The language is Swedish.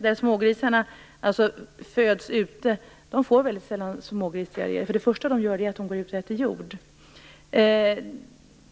De smågrisar som föds ute får mycket sällan smågrisdiarréer. Det första de gör är att de äter jord.